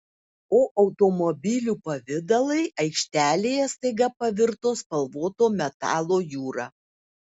o automobilių pavidalai aikštelėje staiga pavirto spalvoto metalo jūra